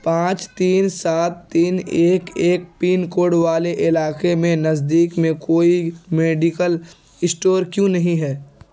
پانچ تین سات تین ایک ایک پن کوڈ والے علاقے میں نزدیک میں کوئی میڈیکل اسٹور کیوں نہیں ہے